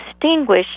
distinguish